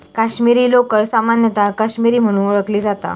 काश्मीरी लोकर सामान्यतः काश्मीरी म्हणून ओळखली जाता